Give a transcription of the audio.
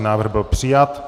Návrh byl přijat.